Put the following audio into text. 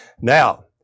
Now